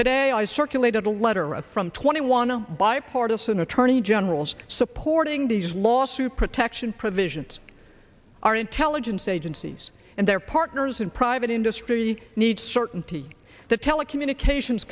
today i circulated a letter up from twenty one a bipartisan attorney generals supporting these last two protection provisions our intelligence agencies and their partners in private industry need certainty that telecommunications